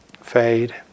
fade